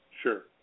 Sure